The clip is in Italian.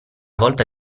volta